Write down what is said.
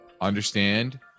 Understand